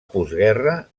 postguerra